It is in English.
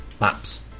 maps